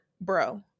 bro